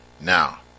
Now